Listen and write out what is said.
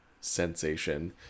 sensation